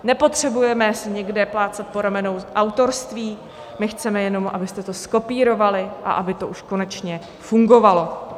Nepotřebujeme si někde plácat po ramenou k autorství, my chceme jenom, abyste to zkopírovali a aby to už konečně fungovalo.